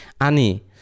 ani